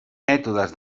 mètodes